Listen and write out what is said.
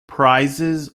prizes